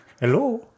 Hello